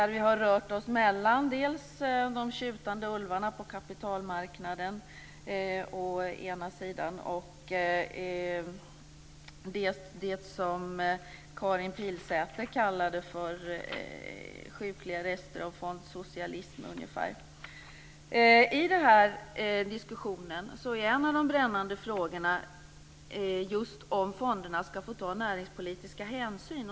Vi har rört oss mellan de tjutande ulvarna på kapitalmarknaden å ena sidan och det som Karin Pilsäter kallade sjukliga rester av fondsocialism å andra sidan. I den här diskussionen är en av de brännande frågorna just om fonderna ska få ta näringspolitiska hänsyn.